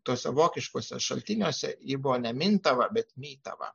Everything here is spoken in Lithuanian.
tose vokiškuose šaltiniuose ji buvo ne mintava bet mytava